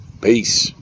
Peace